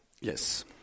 Yes